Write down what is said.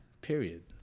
Period